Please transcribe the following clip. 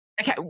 Okay